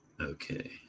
Okay